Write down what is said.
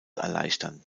erleichtern